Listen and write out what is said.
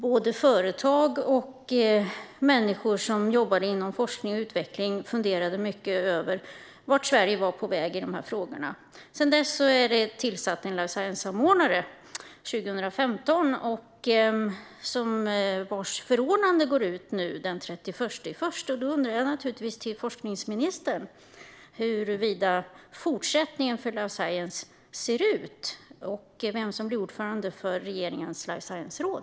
Både företag och människor som jobbade inom forskning och utveckling funderade mycket över vart Sverige var på väg i de frågorna. Sedan dess har en life science-samordnare tillsatts. Det gjordes 2015. Men det förordnandet går ut den 31 januari. Jag vill därför fråga forskningsministern hur fortsättningen ser ut för life science och vem som kommer att bli ordförande för regeringens life science-råd.